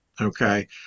okay